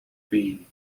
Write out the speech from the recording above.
being